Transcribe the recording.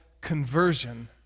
conversion